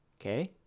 Okay